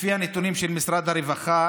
לפי הנתונים של משרד הרווחה